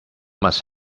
must